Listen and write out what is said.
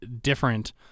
different